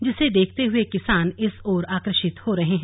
जिसे देखते हुए किसान इस ओर आकर्षित हो रहे हैं